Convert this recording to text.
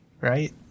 right